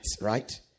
right